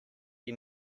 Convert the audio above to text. you